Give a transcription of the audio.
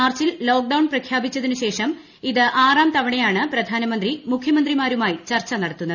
മാർച്ചിൽ ലോക്ഡൌൺ പ്രഖ്യാപിച്ചതിനു ശേഷം ഇത് ആറാം തവണയാണ് പ്രധാനമന്ത്രി മുഖ്യമന്ത്രിമാരുമായി ചർച്ച നടത്തുന്നത്